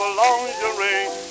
lingerie